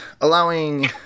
allowing